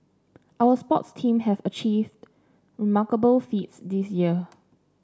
our sports team have achieved remarkable feats this year